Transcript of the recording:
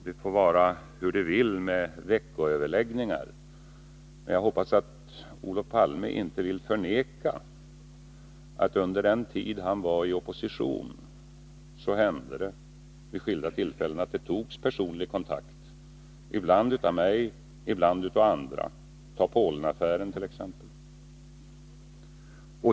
Det får vara hur det vill med veckoöverläggningar, men jag hoppas att Olof Palme inte vill förneka att det under den tid han var i opposition vid skilda tillfällen hände att det togs personlig kontakt — ibland av mig, ibland av andra. Ta Polenaffären t.ex.!